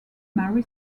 mary